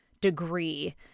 degree